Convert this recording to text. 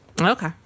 okay